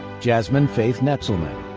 jasmine faith noetzelman,